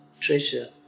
treasure